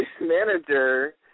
manager